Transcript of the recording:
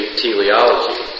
teleology